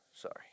Sorry